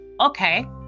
okay